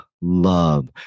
love